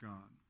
God